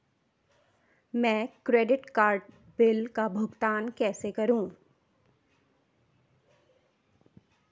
मैं credit card bill का भुगतान कैसे करूं?